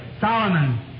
Solomon